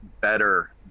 better